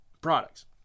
products